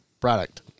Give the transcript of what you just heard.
product